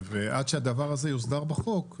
עד שהדבר הזה יוסדר בחוק,